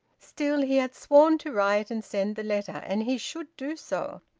still, he had sworn to write and send the letter, and he should do so.